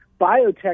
biotech